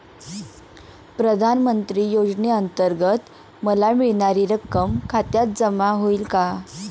प्रधानमंत्री योजनेअंतर्गत मला मिळणारी रक्कम खात्यात जमा होईल का?